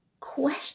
Question